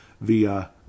via